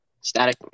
static